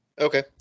Okay